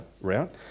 route